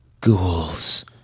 Ghouls